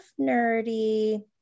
nerdy